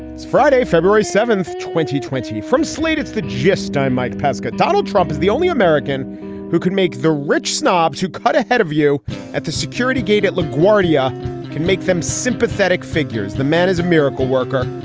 it's friday, february seventh, twenty twenty from slate's the gist. i'm mike pesca. donald trump is the only american who could make the rich snobs who cut ahead of you at the security gate at laguardia. you can make them sympathetic figures. the man is a miracle worker.